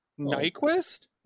Nyquist